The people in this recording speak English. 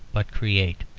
but create.